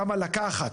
כמה לקחת,